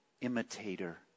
imitator